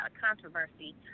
controversy